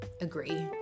agree